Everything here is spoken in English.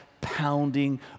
pounding